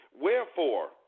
wherefore